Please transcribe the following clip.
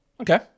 Okay